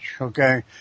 Okay